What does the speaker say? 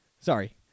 Sorry